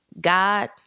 God